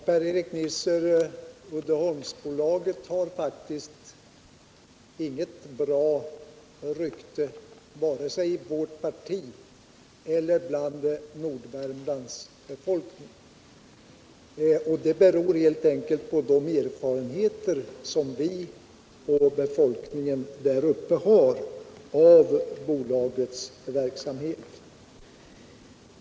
Herr talman! Uddeholmsbolaget har faktiskt inget bra rykte vare sig i vårt parti eller hos Nordvärmlands befolkning. Det beror på de erfarenheter som vi och befolkningen där uppe har av bolagets verksamhet.